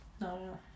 No